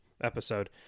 episode